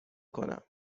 کنم